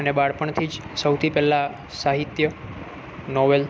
અને બાળપણથી જ સૌથી પહેલાં સાહિત્ય નોવેલ